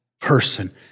person